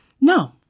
No